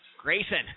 Grayson